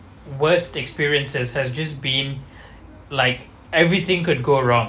worst experiences has has just been like everything could go wrong